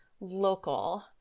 local